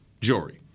Jory